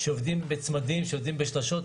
עובדים בצמדים ובשלשות.